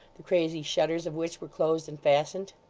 the crazy shutters of which were closed and fastened.